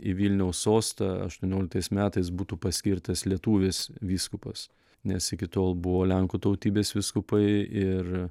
į vilniaus sostą aštuonioliktais metais būtų paskirtas lietuvis vyskupas nes iki tol buvo lenkų tautybės vyskupai ir